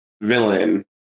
villain